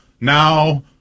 Now